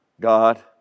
God